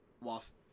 whilst